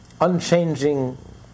unchanging